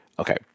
Okay